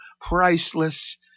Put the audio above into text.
priceless